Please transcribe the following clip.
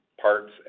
parts